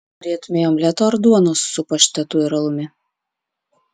norėtumei omleto ar duonos su paštetu ir alumi